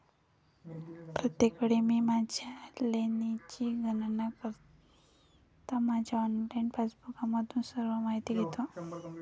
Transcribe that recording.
प्रत्येक वेळी मी माझ्या लेनची गणना करताना माझ्या ऑनलाइन पासबुकमधून सर्व माहिती घेतो